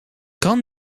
kan